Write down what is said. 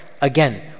Again